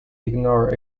ignore